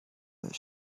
that